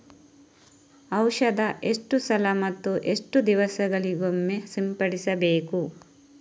ಔಷಧ ಎಷ್ಟು ಸಲ ಮತ್ತು ಎಷ್ಟು ದಿವಸಗಳಿಗೊಮ್ಮೆ ಸಿಂಪಡಿಸಬೇಕು?